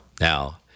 Now